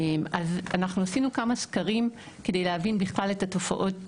אנחנו עשינו כמה סקרים כדי להבין את התופעות